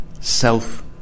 self